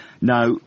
Now